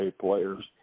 players